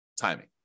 timing